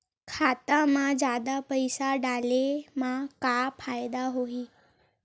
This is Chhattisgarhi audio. खाता मा जादा पईसा डाले मा का फ़ायदा होही?